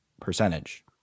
percentage